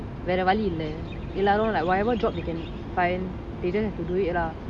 வேற வழி இல்ல:vera vazhi illa like whatever job they can find they just have to do it lah